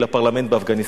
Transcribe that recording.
לפרלמנט של אפגניסטן.